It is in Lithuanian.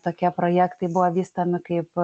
tokie projektai buvo vystomi kaip